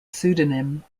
pseudonym